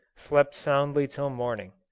slept soundly till morning.